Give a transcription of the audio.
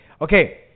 Okay